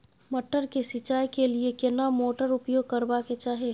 मटर के सिंचाई के लिये केना मोटर उपयोग करबा के चाही?